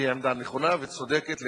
שהיא עמדה נכונה וצודקת,